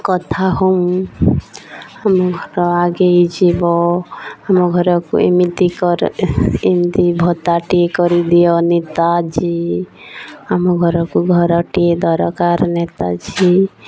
କଥା ହଉ ଆମ ଘର ଆଗେଇ ଯିବ ଆମ ଘରକୁ ଏମିତି ଏମିତି ଭତ୍ତାଟିଏ କରିଦିଅ ନେତାଜୀ ଆମ ଘରକୁ ଘରଟିଏ ଦରକାର ନେତାଜୀ